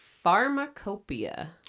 pharmacopoeia